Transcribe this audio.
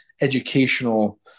educational